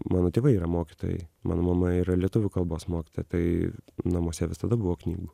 mano tėvai yra mokytojai mano mama yra lietuvių kalbos mokytoja tai namuose visada buvo knygų